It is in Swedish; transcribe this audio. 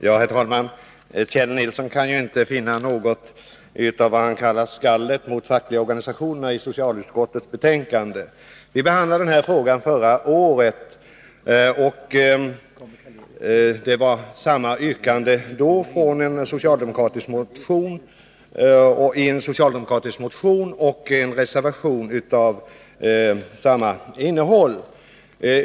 Herr talman! Kjell Nilsson kan inte finna något av vad han kallar ”skallet mot de fackliga organisationerna” i socialutskottets betänkande. Vi behandlade denna fråga förra året. Samma yrkande ställdes då i en socialdemokratisk motion och togs även upp i en reservation med samma innehåll.